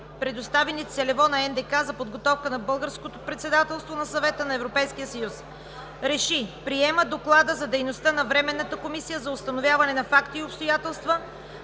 предоставени целево на НДК за подготовка на Българското председателство на Съвета на Европейския съюз РЕШИ: Приема доклада за дейността на Временната комисия за установяване на факти и обстоятелства